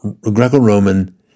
Greco-Roman